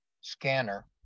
scanner